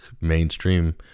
mainstream